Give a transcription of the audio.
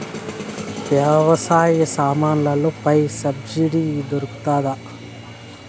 వ్యవసాయ సామాన్లలో పై సబ్సిడి దొరుకుతుందా?